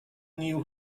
knew